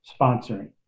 sponsoring